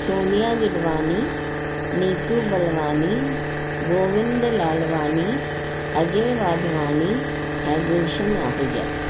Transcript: सोनिया गिडवानी नीतू बलवानी गोविंद लालवानी अजय वाधवानी ऐं गुलशन आहुजा